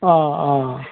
अँ अँ